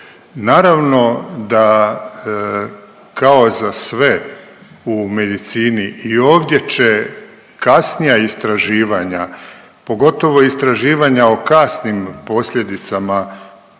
Naravno da, kao za sve u medicini, i ovdje će kasnija istraživanja, pogotovo istraživanja o kasnim posljedicama